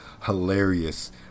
hilarious